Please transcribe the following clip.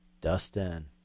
Dustin